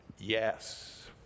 yes